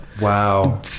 Wow